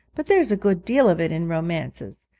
but there's a good deal of it in romances.